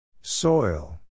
Soil